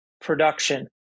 production